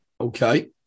Okay